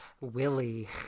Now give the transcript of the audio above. Willie